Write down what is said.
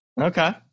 Okay